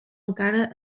encara